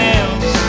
else